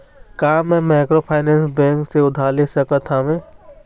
का मैं microfinance bank से उधार ले सकत हावे?